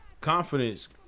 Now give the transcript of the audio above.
Confidence